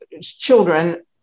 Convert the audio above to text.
children